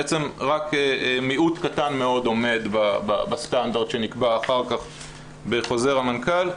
בעצם רק מיעוט קטן מאוד עומד בסטנדרט שנקבע אחר כך בחוזר המנכ"ל.